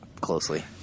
closely